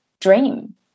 dream